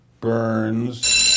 Burns